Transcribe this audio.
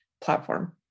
platform